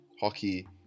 hockey